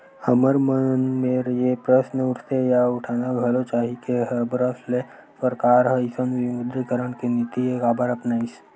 हमर मन मेर ये प्रस्न उठथे या उठाना घलो चाही के हबरस ले सरकार ह अइसन विमुद्रीकरन के नीति काबर अपनाइस?